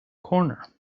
corner